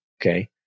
okay